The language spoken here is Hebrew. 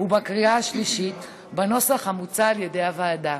ובקריאה השלישית בנוסח המוצע על ידי הוועדה.